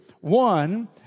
One